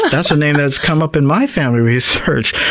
that's a name that's come up in my family research!